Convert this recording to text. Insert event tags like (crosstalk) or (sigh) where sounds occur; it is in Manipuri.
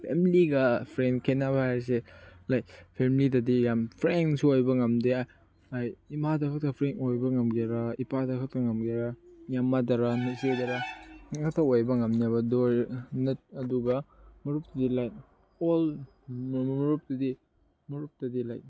ꯐꯦꯃꯤꯂꯤꯒ ꯐ꯭ꯔꯦꯟ ꯈꯦꯅꯕ ꯍꯥꯏꯔꯁꯦ ꯂꯥꯏꯛ ꯐꯦꯃꯤꯂꯤꯗꯗꯤ ꯌꯥꯝ ꯐ꯭ꯔꯦꯡꯁꯨ ꯑꯣꯏꯕ ꯉꯝꯗꯦ ꯂꯥꯏꯛ ꯏꯃꯥꯗꯐꯥꯎꯗ ꯐ꯭ꯔꯦꯡ ꯑꯣꯏꯕ ꯉꯝꯒꯦꯔ ꯏꯄꯥꯗ ꯈꯛꯇ ꯉꯝꯒꯦꯔ ꯏꯌꯥꯝꯕꯗꯔ ꯅꯆꯦꯗꯔ (unintelligible) ꯑꯣꯏꯕ ꯉꯝꯅꯦꯕ ꯑꯗꯣ ꯑꯗꯨꯒ ꯃꯔꯨꯞꯇꯤ ꯂꯥꯏꯛ ꯑꯣꯜ ꯃꯔꯨꯞꯇꯗꯤ ꯃꯔꯨꯞꯇꯗꯤ ꯂꯥꯏꯛ